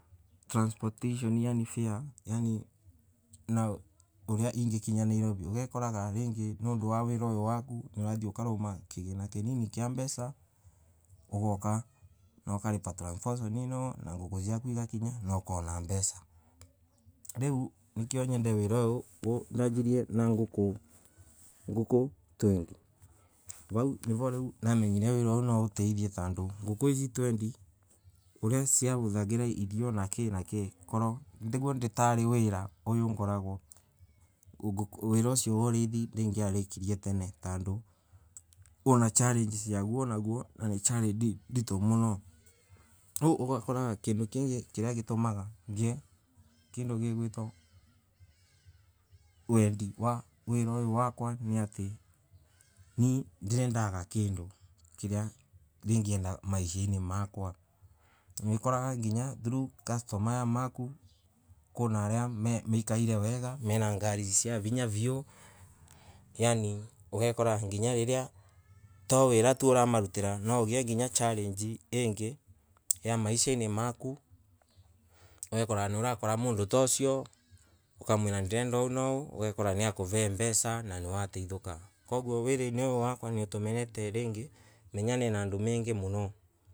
Transportatio yaani fare ugakora tondu wa wira uyu waku ni urathie ukaruma kigina kinini kia mbesa ugaoka ukaliva transportatio ino indo ciaku igakinya na ukona mbesa riu nikio mende wira uyu nambiririe na nguku twenty vau nivo riu namenyire nguku nwa gutethie tondu nguku ino twenty cia vuthagira irio naki naki ugakorwa ti vuria nari wiro uyu nguragwa ningia rikirie tene tondu kwina challenge yaguo na ni challenge ntito muno riu ugakora kindu kiretwa wendi wa wira uyu wakwe ni ati ni ndireda kindu kiria ningienda maishari makwa niakuraga nginya through customer mama maku kwi na akia mekarite wega mena ngari cia vinya viu yaani ugakora nginyo riria to wira uria uramarulura nwa ugie challenge ingi maishari maku ugakora niurakora mondu tusio niakurere mbesa na watethia nasio koguo wira uyu wakwa nutumite menyane na andu mengi muno.